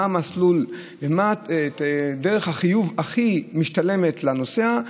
מה המסלול ומה דרך החיוב הכי משתלמת לנוסע,